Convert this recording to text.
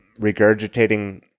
regurgitating